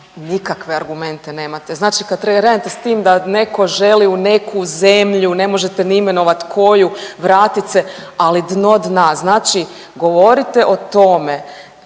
nikakve argumente nemate. Znači kad … da neko želi u neku zemlju ne možete ni imenovat koju vratit se, ali dno dna. Znači govorite o tome